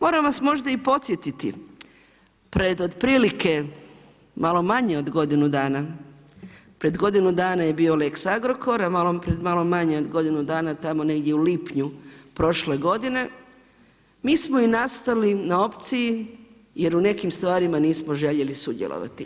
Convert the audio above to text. Moram vas možda i podsjetiti, pred otprilike malo manje od godinu dana, pred godinu dana je bio lex Agrokor, a pred malo manje od godinu dana tamo negdje u lipnju prošle godine mi smo i nastali na opciji jer u nekim stvarima nismo željeli sudjelovati.